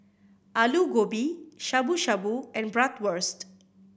Alu Gobi Shabu Shabu and Bratwurst